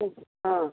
ହଁ